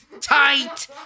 tight